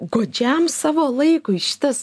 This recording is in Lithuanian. godžiam savo laikui šitas